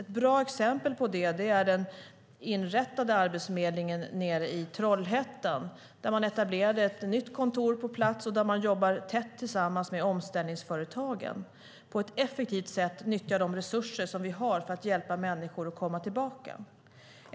Ett bra exempel på det är den inrättade arbetsförmedlingen nere i Trollhättan, där man etablerade ett nytt kontor på plats och där man jobbar tätt tillsammans med omställningsföretagen och på ett effektivt sätt nyttjar de resurser som vi har för att hjälpa människor att komma tillbaka.